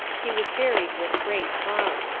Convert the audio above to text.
he was buried with great pomp.